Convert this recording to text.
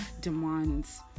demands